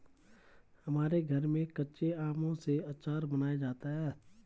हमारे घर में कच्चे आमों से आचार बनाया जाता है